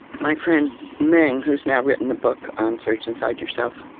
my friend meng, who's now written the book on search inside yourself,